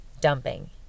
Dumping